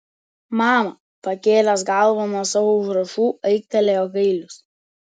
mama pakėlęs galvą nuo savo užrašų aiktelėjo gailius